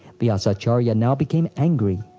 vyasacharya now became angry.